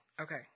Okay